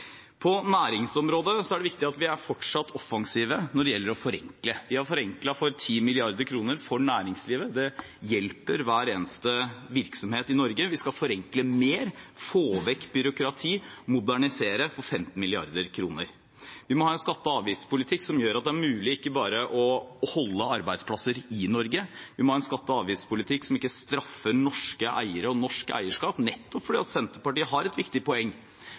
På næringsområdet er det viktig at vi fortsatt er offensive når det gjelder å forenkle. Vi har forenklet for 10 mrd. kr for næringslivet. Det hjelper hver eneste virksomhet i Norge. Vi skal forenkle mer, få vekk byråkrati, modernisere, for 15 mrd. kr. Vi må ha en skatte- og avgiftspolitikk som gjør at det er mulig ikke bare å holde arbeidsplasser i Norge, vi må ha en skatte- og avgiftspolitikk som ikke straffer norske eiere og norsk eierskap. For Senterpartiet har nettopp et viktig poeng